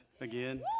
again